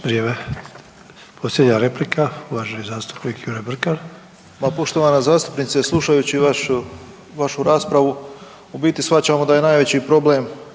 Vrijeme. Posljednja replika uvaženi zastupnik Jure Brkan. **Brkan, Jure (HDZ)** Pa poštovana zastupnice, slušajući vašu, vašu raspravu u biti shvaćamo da je najveći problem